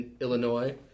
Illinois